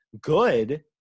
good